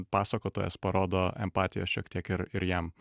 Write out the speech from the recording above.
pasakotojas parodo empatijos šiek tiek ir ir jam